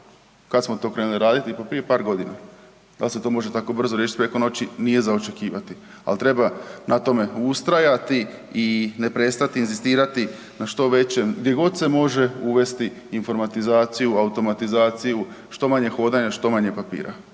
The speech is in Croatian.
Kad smo to krenuli raditi? Pa prije par godina. Dal se to može tako brzo riješiti preko noći nije za očekivati, al treba na tome ustrajati i ne prestati inzistirati na što većem, gdje god se može uvesti informatizaciju, automatizaciju, što manje hodanja, što manje papira,